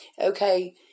okay